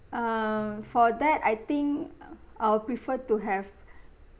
err for that I think I'll prefer to have